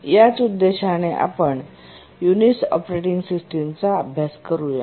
याच उद्देशाने आपण युनिक्स ऑपरेटिंग सिस्टमचा अभ्यास करूया